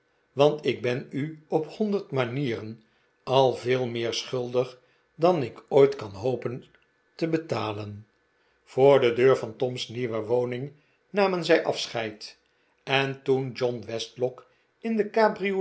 want ik ben u op honderd manieren al veel meer schuldig dan ik ooit kan hopen te betalen voor de deur van tom's nieuwe woning namen zij afscheid en toen john westlock in de cabriolet